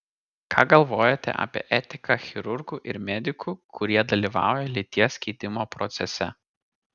ką galvojate apie etiką chirurgų ir medikų kurie dalyvauja lyties keitimo procese